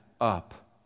up